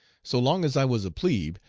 so long as i was a plebe,